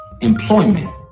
employment